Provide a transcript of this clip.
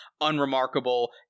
unremarkable